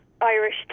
Irish